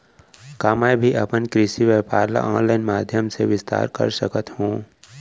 का मैं भी अपन कृषि व्यापार ल ऑनलाइन माधयम से विस्तार कर सकत हो?